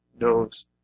knows